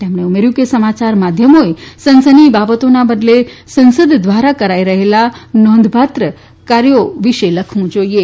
તેમણે ઉમેર્યુ કે સમાચાર માધ્યમોએ સનસની બાબતોના બદલે સંસદ ધ્વારા કરાઇ રહેલા નોંધપાત્ર કાર્યો વિશે લખવુ જોઇએ